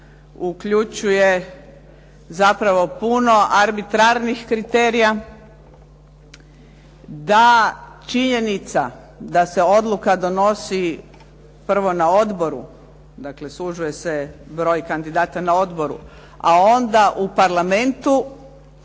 uključuje zapravo puno arbitrarnih kriterija, da činjenica da se odluka donosi prvo na odboru, dakle sužuje se broj kandidata na odboru, a onda u Parlamentu